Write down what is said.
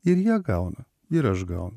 ir jie gauna ir aš gaunu